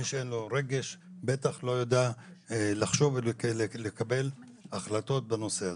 מי שאין לו רגש בטח לא יודע לחשוב ולקבל החלטות בנושא הזה.